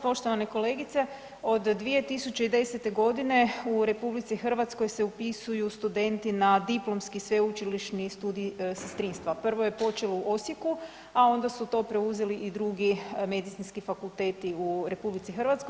Poštovana kolegice od 2010. godine u RH se upisuju studenti na diplomski sveučilišni studij sestrinstva, prvo je počelo u Osijeku, a onda su to preuzeli i drugi medicinski fakulteti u RH.